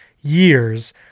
years